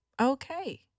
okay